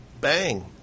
bang